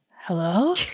Hello